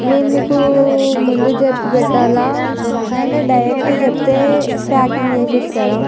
మేము మీకు ముందు చెప్పి పెట్టాల లేదంటే డైరెక్ట్ చెప్తే ప్యాకింగ్ చేసి ఇస్తారా